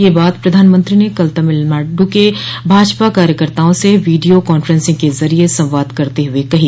यह बात प्रधानमंत्री ने कल तमिलनाडु के भाजपा कार्यकर्ताओं से वीडियो कांफ्रेंसिग के जरिये संवाद करते हुए कही